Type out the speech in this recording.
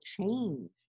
change